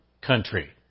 country